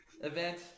event